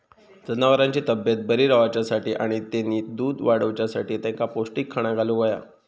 जनावरांची तब्येत बरी रवाच्यासाठी आणि तेनी दूध वाडवच्यासाठी तेंका पौष्टिक खाणा घालुक होया